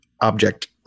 object